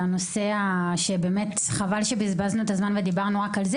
הנושא שבאמת חבל שבזבזנו את הזמן ודיברנו רק עליו,